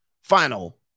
final